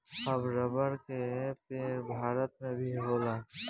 अब रबर के पेड़ भारत मे भी होखेला